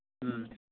ᱦᱮᱸ